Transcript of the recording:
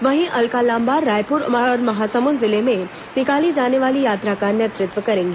वहीं अलका लांबा रायपुर और महासमुंद जिलों में निकाली जाने वाली यात्रा का नेतृत्व करेंगी